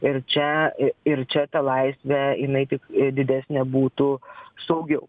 ir čia i ir čia ta laisvė jinai tik didesnė būtų saugiau